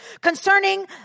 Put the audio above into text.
Concerning